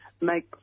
make